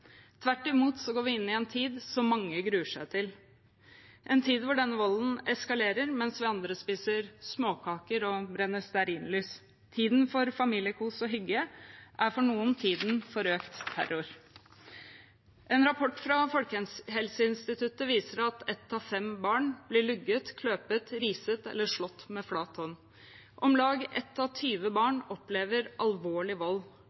Tvert imot går vi inn i en tid som mange gruer seg til – en tid da volden eskalerer, mens vi andre spiser småkaker og brenner stearinlys. Tiden for familiekos og hygge er for noen tiden for økt terror. En rapport fra Folkehelseinstituttet viser at ett av fem barn blir lugget, kløpet, rist eller slått med flat hånd. Om lag ett av tjue barn opplever alvorlig vold.